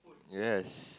yes